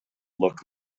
look